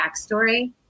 backstory